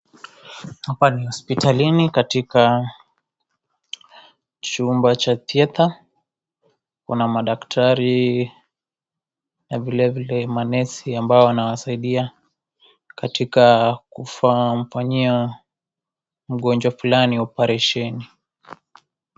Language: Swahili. Hapa ni hospitalini katika chumba cha theta, kuna madaktari na vilevile manesi ambao wanawasaidia katika kumfanyia mgonjwa fulani oparisheni.